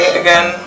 again